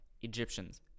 Egyptians